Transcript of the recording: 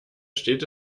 steht